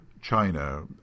China